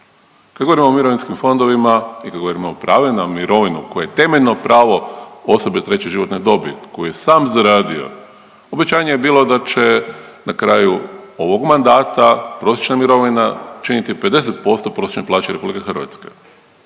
Kad govorimo o mirovinskim fondovima i kad govorimo o pravima na mirovinu koje je temeljno pravo osobe treće životne dobi koju je sam zaradio, obećanje je bilo da će na kraju ovog mandata prosječna mirovina činiti 50% prosječne plaće RH.